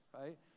right